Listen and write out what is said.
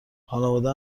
خانواده